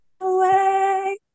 away